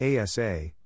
ASA